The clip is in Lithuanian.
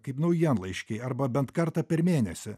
kaip naujienlaiškiai arba bent kartą per mėnesį